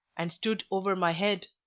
and stood over my head,